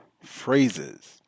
phrases